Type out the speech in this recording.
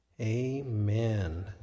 Amen